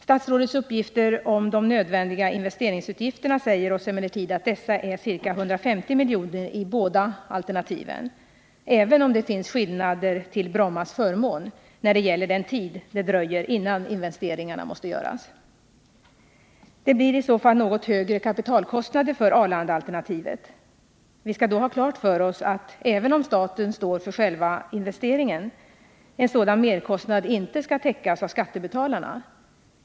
Statsrådets uppgifter om de nödvändiga investeringsutgifterna säger oss emellertid att dessa är ca 150 miljoner i båda alternativen, även om det finns skillnader till Brommaalternativets förmån när det gäller den tid det dröjer innan investeringarna måste göras. Det blir å andra sidan något större kapitalkostnader för Arlandaalternativet. Vi skall emellertid då ha klart för oss att en sådan merkostnad, även om staten står för själva investeringen, inte skall täckas med medel från skattebetalarna.